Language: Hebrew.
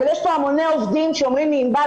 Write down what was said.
אבל יש פה המוני עובדים שאומרים לי 'ענבל,